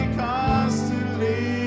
constantly